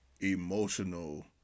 emotional